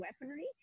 weaponry